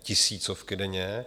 Tisícovky denně!